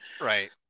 Right